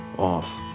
off.